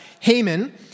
Haman